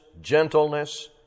gentleness